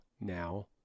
now